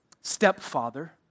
stepfather